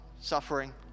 suffering